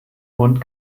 mund